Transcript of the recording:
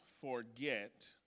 forget